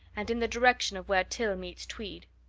and in the direction of where till meets tweed.